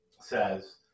says